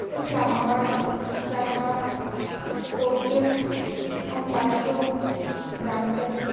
Islamabad Dhaka Tokyo Ontario Brampton